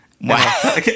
Wow